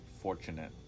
Fortunate